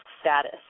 status